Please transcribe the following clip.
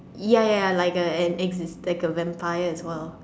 ya ya ya like a exist like a Vampire as well